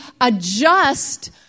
adjust